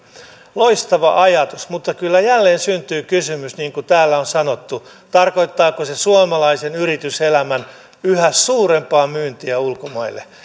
loistava ajatus mutta kyllä jälleen syntyy kysymys niin kuin täällä on sanottu tarkoittaako se suomalaisen yrityselämän yhä suurempaa myyntiä ulkomaille